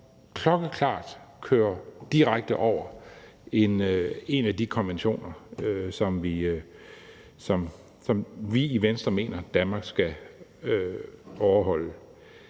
klokkeklart kører direkte over en af de konventioner, som vi i Venstre mener Danmark skal overholde.